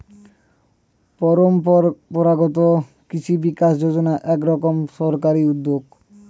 পরম্পরাগত কৃষি বিকাশ যোজনা এক রকমের সরকারি উদ্যোগ